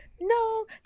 No